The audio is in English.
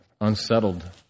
unsettled